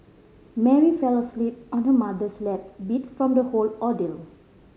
Mary fell asleep on her mother's lap beat from the whole ordeal